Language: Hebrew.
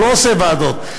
לא ועדות,